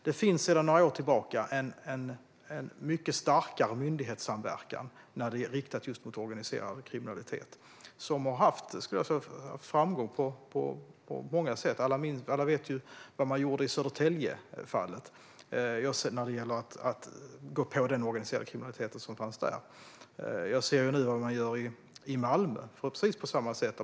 Det finns sedan några år tillbaka en mycket starkare myndighetssamverkan riktad just mot organiserad kriminalitet, och denna samverkan har haft framgång på många sätt. Alla vet ju vad man gjorde i Södertäljefallet för att gå på den organiserade kriminalitet som fanns där. I Malmö gör man nu på precis samma sätt.